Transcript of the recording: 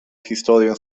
historię